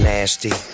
Nasty